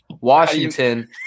Washington